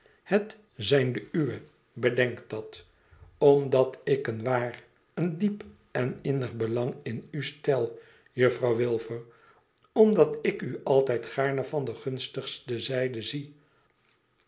het zijn de uwe bedenk dat omdat ik een waar een diep en innig belang in u stel jufirouw wilfer omdat ik u altijd gaarne van de gunstigste zijde zie